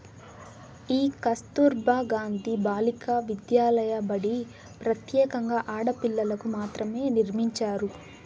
ఈ కస్తుర్బా గాంధీ బాలికా విద్యాలయ బడి ప్రత్యేకంగా ఆడపిల్లలకు మాత్రమే నిర్మించారు